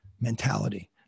mentality